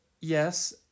yes